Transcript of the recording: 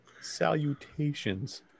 Salutations